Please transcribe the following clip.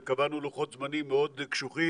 קבענו לוחות זמנים מאוד קשוחים,